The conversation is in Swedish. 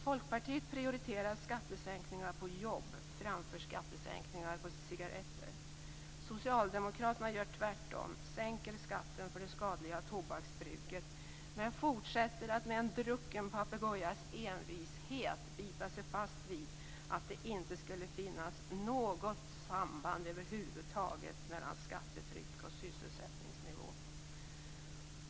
Folkpartiet prioriterar skattesänkningar på jobb framför skattesänkningar på cigaretter. Socialdemokraterna gör tvärtom, sänker skatten för det skadliga tobaksbruket men fortsätter att med en drucken papegojas envishet bita sig fast vid att det inte skulle finnas något samband över huvud taget mellan skattetryck och sysselsättningsnivå.